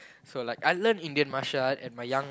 so like I learn Indian martial arts at my young